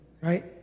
right